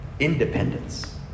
independence